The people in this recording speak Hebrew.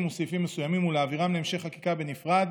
וסעיפים מסוימים ולהעבירם להמשך חקיקה בנפרד